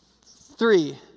Three